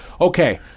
okay